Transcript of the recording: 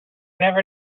never